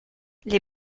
les